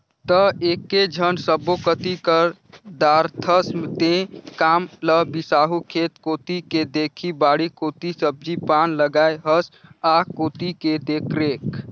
त एकेझन सब्बो कति कर दारथस तें काम ल बिसाहू खेत कोती के देखही बाड़ी कोती सब्जी पान लगाय हस आ कोती के देखरेख